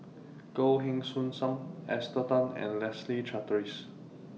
Goh Heng Soon SAM Esther Tan and Leslie Charteris